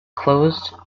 closed